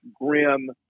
grim